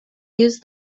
use